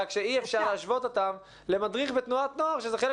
-- רק שאי אפשר להשוות אותם למדריך בתנועת נוער שזה חלק